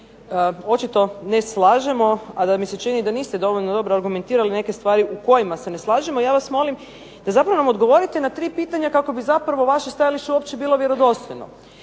očito ne slažemo, a da mi se čini da niste dovoljno dobro argumentirali neke stvari u kojima se ne slažemo ja vas molim da zapravo nam odgovorite na 3 pitanja kako bi zapravo vaše stajalište uopće bilo vjerodostojno.